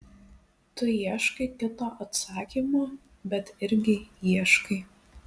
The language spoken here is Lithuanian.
tu ieškai kito atsakymo bet irgi ieškai